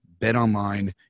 BetOnline